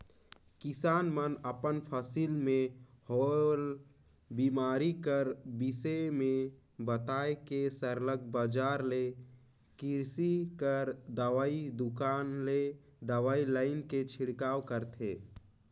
किसान मन अपन फसिल में होवल बेमारी कर बिसे में बताए के सरलग बजार ले किरसी कर दवई दोकान ले दवई लाएन के छिड़काव करथे